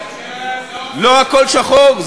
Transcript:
ניסינו, ניסינו לא הכול שחור.